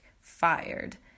fired